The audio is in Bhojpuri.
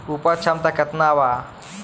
उपज क्षमता केतना वा?